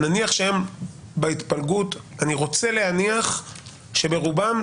אני רוצה להניח שברובם,